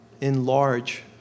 enlarge